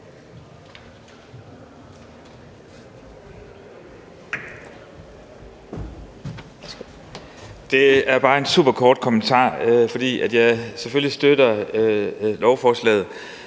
Det er bare en superkort kommentar. For jeg støtter selvfølgelig lovforslaget,